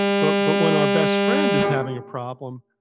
but but when our best friend is having a problem,